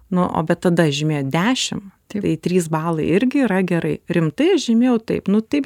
nu o bet tada žymėjot dešim tai trys balai irgi yra gerai rimtai žymėjau taip nu taip